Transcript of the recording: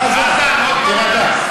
חזן, תירגע.